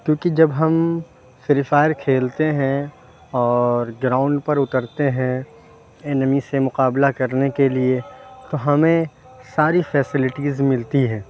کیوں کہ جب ہم فری فائر کھیلتے ہیں اور گراؤنڈ پر اترتے ہیں اینمی سے مقابلہ کرنے کے لیے تو ہمیں ساری فیسلٹیز ملتی ہیں